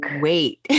wait